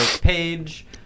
page